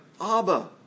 Abba